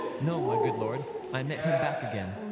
no, my good lord i met him back again.